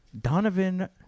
Donovan